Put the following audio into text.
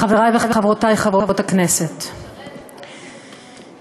חברי וחברותי חברות הכנסת, תראו,